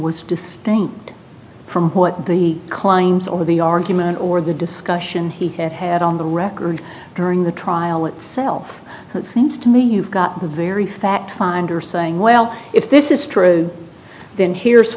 was distinct from what the klein's over the argument or the discussion he had had on the record during the trial itself it seems to me you've got the very fact finder saying well if this is true then here's